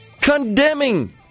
condemning